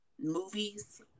movies